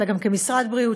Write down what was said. אלא גם כמשרד בריאות,